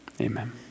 Amen